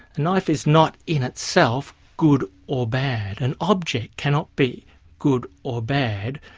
a knife is not in itself good or bad. an object cannot be good or bad,